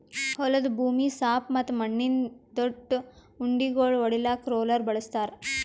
ಹೊಲದ ಭೂಮಿ ಸಾಪ್ ಮತ್ತ ಮಣ್ಣಿನ ದೊಡ್ಡು ಉಂಡಿಗೋಳು ಒಡಿಲಾಕ್ ರೋಲರ್ ಬಳಸ್ತಾರ್